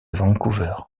vancouver